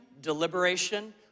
deliberation